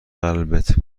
قلبت